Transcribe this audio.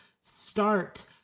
start